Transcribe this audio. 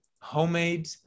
homemade